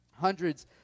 Hundreds